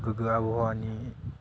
गोगो आबहावानि